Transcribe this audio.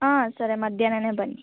ಹಾಂ ಸರಿ ಮಧ್ಯಾಹ್ನವೇ ಬನ್ನಿ